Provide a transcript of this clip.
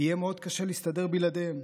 יהיה מאוד קשה להסתדר בלעדיהם.